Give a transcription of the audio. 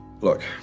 Look